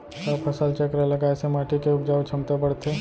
का फसल चक्र लगाय से माटी के उपजाऊ क्षमता बढ़थे?